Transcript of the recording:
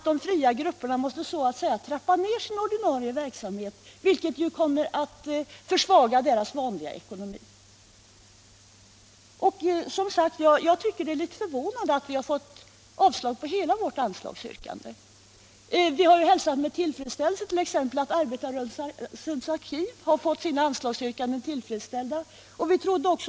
De fria grupperna måste därför trappa ned sin ordinarie verksamhet, vilket kommer att försvaga deras vanliga ekonomi. Jag tycker att det är litet förvånande att hela vårt anslagsyrkande avstyrks. Vi hälsar med tillfredsställelse att Arbetarrörelsens arkiv har fått sina anslagskrav tillgodosedda.